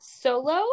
solo